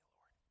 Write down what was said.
Lord